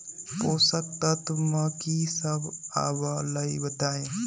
पोषक तत्व म की सब आबलई बताई?